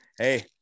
Hey